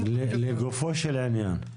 לגופו של עניין.